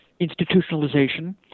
institutionalization